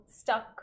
stuck